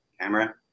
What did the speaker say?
Camera